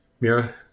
Mira